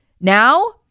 Now